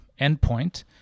endpoint